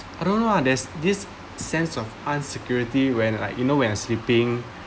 I don't know lah there's this sense of unsecurity when like you know when I'm sleeping